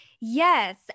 Yes